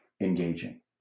engaging